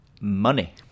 Money